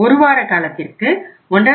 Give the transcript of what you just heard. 1 வார காலத்திற்கு 1